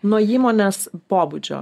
nuo įmonės pobūdžio